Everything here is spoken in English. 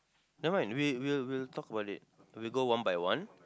never mind we we'll we'll talk about it we go one by one